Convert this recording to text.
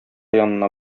янына